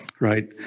right